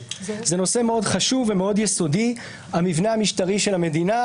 אין בזה כדי למצות כמובן את טענותיי ותשובותיי לאמור בחוות-הדעת שלך,